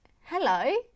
hello